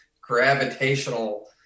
gravitational